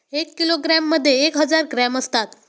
एक किलोग्रॅममध्ये एक हजार ग्रॅम असतात